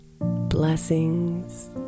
Blessings